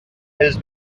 els